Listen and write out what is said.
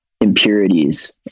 impurities